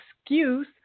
excuse